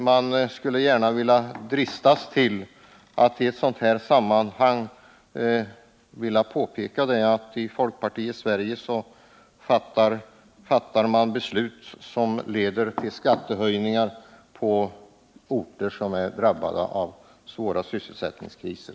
Man skulle gärna vilja drista sig till att i detta sammanhang påpeka att i folkpartiets Sverige fattas beslut som leder till skattehöjningar på orter som är drabbade av svåra sysselsättningskriser.